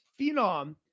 phenom